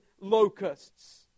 locusts